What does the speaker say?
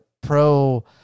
pro